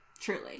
Truly